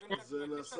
מכירים את הטריקים,